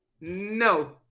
No